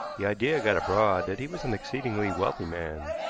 the idea got abroad that he was an exceedingly wealthy man.